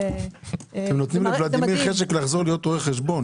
אתם גורמים לוולדימיר לרצות לחזור להיות רואה חשבון.